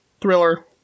thriller